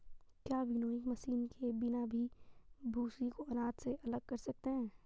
क्या winnowing machine के बिना भी भूसी को अनाज से अलग कर सकते हैं?